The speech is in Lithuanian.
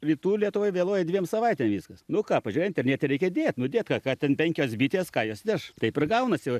rytų lietuvoj vėluoja dviem savaitėm viskas nu ką pažiūrėjo internete reikia dėt nu dėt ką ką ten penkios bitės ką jos neš taip ir gaunasi